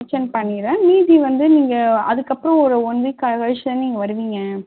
kitchen பண்ணிடறேன் மீதி வந்து நீங்கள் அதுக்கப்புறம் ஒரு ஒன் வீக் க கழிச்சு தானை நீங்கள் வருவீங்க